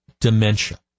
dementia